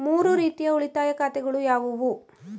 ಮೂರು ರೀತಿಯ ಉಳಿತಾಯ ಖಾತೆಗಳು ಯಾವುವು?